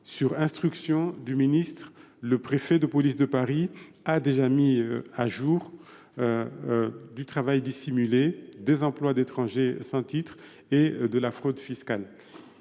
Sur instruction du ministre, le préfet de police de Paris a déjà mis au jour du travail dissimulé, des emplois d’étrangers sans titre et de la fraude fiscale.